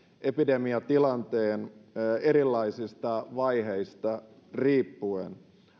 epidemiatilanteen erilaisista vaiheista riippuen